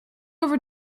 over